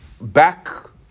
back